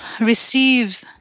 receive